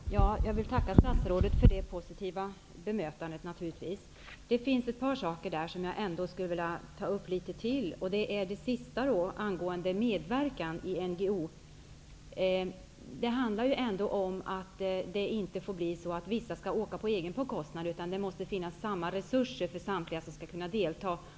Herr talman! Jag vill naturligtvis tacka statsrådet för det positiva bemötandet. Det var ett par saker som statsrådet sade som jag skulle vilja ta upp. När det gäller medverkan av NGO vill jag säga att det inte får bli så att vissa skall åka på egen bekostnad. Det måste finnas samma resurser för samtliga som skall delta.